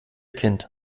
kind